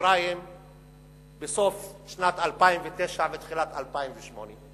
בסוף שנת 2009 לעומת 2008?